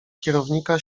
kierownika